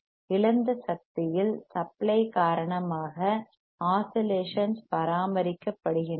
இழந்த சக்தி இல் சப்ளை காரணமாக ஆஸிலேஷன்ஸ் பராமரிக்கப்படுகின்றன